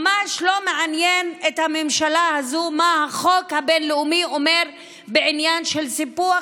ממש לא מעניין את הממשלה הזאת מה החוק הבין-לאומי אומר בעניין של סיפוח,